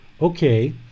Okay